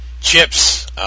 Chips